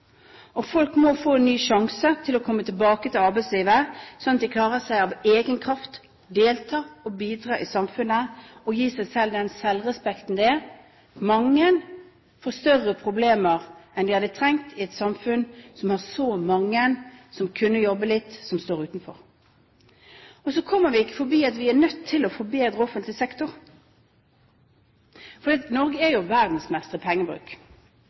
Og folk må få en ny sjanse til å komme tilbake til arbeidslivet, slik at de klarer seg av egen kraft – delta og bidra i samfunnet og gi seg selv den selvrespekten det er. Mange får større problemer enn de hadde trengt i et samfunn som har så mange som kunne jobbe litt, men som står utenfor. Så kommer vi ikke forbi at vi er nødt til å forbedre offentlige sektor. Norge er jo verdensmester i pengebruk,